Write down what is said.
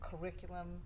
curriculum